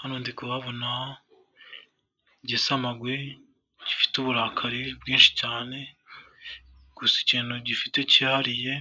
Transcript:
Hano ndi kuhabona igisamagwe gifite uburakari bwinshi cyane gusa ikintu gifite cyihariye